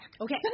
Okay